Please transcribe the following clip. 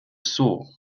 såg